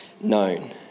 known